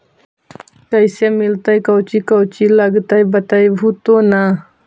कैसे मिलतय कौची कौची लगतय बतैबहू तो न?